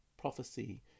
prophecy